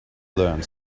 learned